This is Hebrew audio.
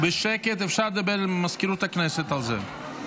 בשקט אפשר לדבר עם מזכירות הכנסת על זה.